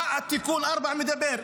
על מה תיקון 4 מדבר?